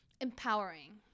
empowering